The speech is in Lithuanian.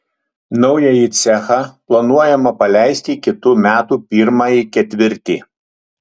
naująjį cechą planuojama paleisti kitų metų pirmąjį ketvirtį